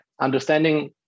understanding